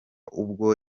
ubwo